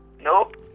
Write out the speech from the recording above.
nope